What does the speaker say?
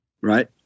right